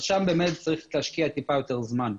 שם באמת צריך להשקיע טיפה יתר זמן.